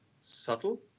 subtle